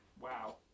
Wow